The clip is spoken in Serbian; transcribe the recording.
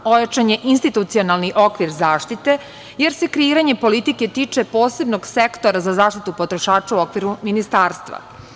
Ojačan je institucionalni okvir zaštite, jer se kreiranje politike tiče posebnog sektora za zaštitu potrošača u okviru ministarstva.